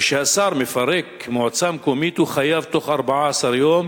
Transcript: כשהשר מפרק מועצה מקומית הוא חייב תוך 14 יום